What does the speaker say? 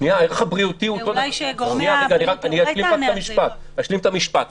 אני רק אשלים את המשפט.